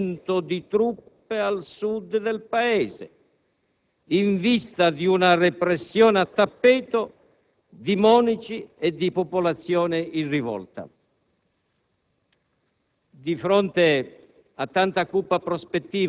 a favore della democrazia di quel Paese. Noi sentiamo inquietudine e sorpresa per lo spostamento della capitale birmana a 240 chilometri a Nord di Rangoon,